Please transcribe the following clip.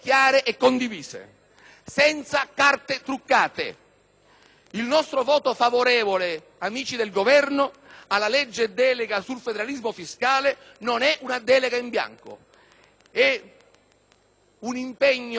Il nostro vostro favorevole, amici del Governo, alla legge delega sul federalismo fiscale non è una delega in bianco, ma un impegno reciproco ad un lavoro comune